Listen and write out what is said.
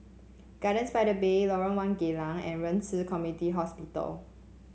Gardens by the Bay Lorong One Geylang and Ren Ci Community Hospital